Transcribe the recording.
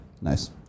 Nice